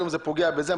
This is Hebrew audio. היום זה פוגע בזה,